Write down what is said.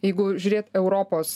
jeigu žiūrėt europos